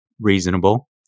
Reasonable